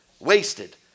wasted